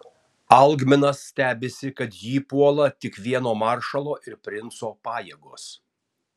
algminas stebisi kad jį puola tik vieno maršalo ir princo pajėgos